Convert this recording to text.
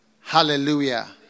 Hallelujah